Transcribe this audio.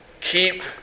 Keep